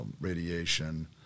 radiation